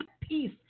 peace